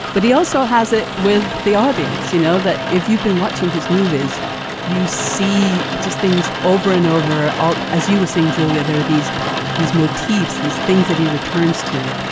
but he also has it with the audience. you know that if you've been watching his movies you see just things over and over as you were saying julia. there are these these motifs these things that he returns to.